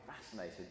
fascinated